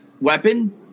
weapon